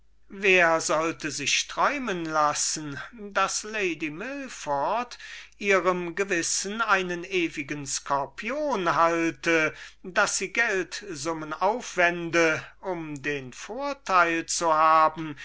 wer sollte sich träumen lassen daß lady milford ihrem gewissen einen ewigen skorpion halte daß sie geldsummen aufwende um den vortheil zu haben